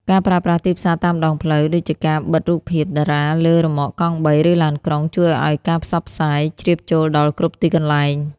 ការប្រើប្រាស់ "ទីផ្សារតាមដងផ្លូវ" ដូចជាការបិទរូបភាពតារាលើរ៉ឺម៉កកង់បី ឬឡានក្រុង ជួយឱ្យការផ្សព្វផ្សាយជ្រាបចូលដល់គ្រប់ទីកន្លែង។